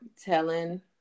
telling